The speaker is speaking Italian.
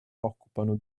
occupano